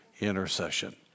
intercession